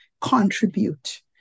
contribute